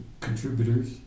contributors